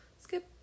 skip